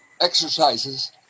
exercises